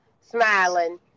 smiling